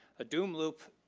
a doom loop,